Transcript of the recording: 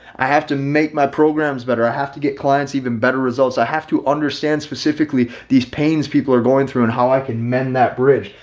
i have to make my programs better. i have to get clients even better results. i have to understand specifically these pains people are going through and how i can mend that bridge,